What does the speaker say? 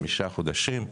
חמישה חודשים,